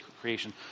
creation